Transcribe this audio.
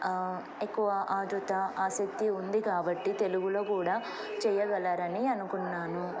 ఎక్కువ ఆదుత ఆసక్తి ఉంది కాబట్టి తెలుగులో కూడా చేయగలారని అనుకున్నాను